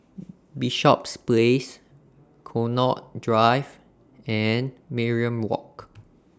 Bishops Place Connaught Drive and Mariam Walk